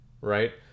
right